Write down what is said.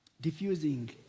diffusing